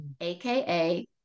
AKA